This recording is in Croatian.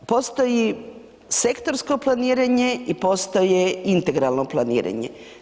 Postoji sektorsko planiranje i postoje integralno planiranje.